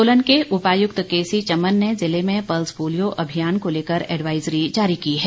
सोलन के उपायुक्त केसी चमन ने जिले में पल्स पोलियो अभियान को लेकर एडवाईजरी जारी की है